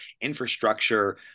infrastructure